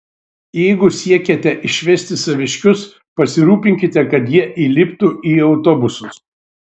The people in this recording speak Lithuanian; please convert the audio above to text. jeigu siekiate išvesti saviškius pasirūpinkite kad jie įliptų į autobusus